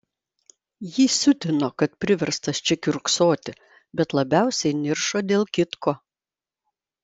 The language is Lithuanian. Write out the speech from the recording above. jį siutino kad priverstas čia kiurksoti bet labiausiai niršo dėl kitko